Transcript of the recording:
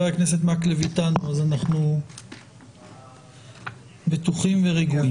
הכנסת מקלב אתנו כך שאנחנו בטוחים ורגועים.